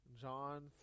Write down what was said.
John